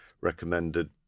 recommended